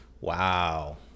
Wow